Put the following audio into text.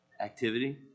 activity